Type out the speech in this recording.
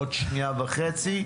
עוד שנייה וחצי,